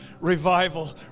revival